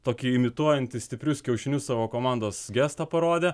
tokį imituojantį stiprius kiaušinius savo komandos gestą parodė